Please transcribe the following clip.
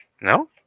No